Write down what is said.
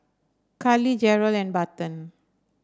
Callie Jarrell and Barton